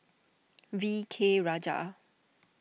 V K Rajah